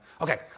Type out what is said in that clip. Okay